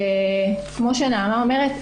כמו שנעמה אומרת,